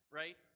right